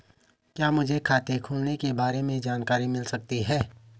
क्या मुझे खाते खोलने के बारे में जानकारी मिल सकती है?